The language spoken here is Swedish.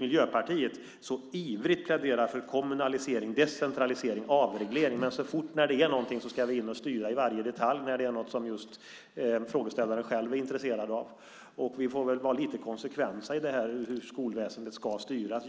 Miljöpartiet så ivrigt pläderar för kommunalisering, decentralisering och avreglering, men så fort det är någonting som frågeställaren själv är intresserad av ska vi gå in och styra i varje detalj! Vi får väl vara lite konsekventa i hur skolväsendet ska styras.